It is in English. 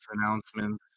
announcements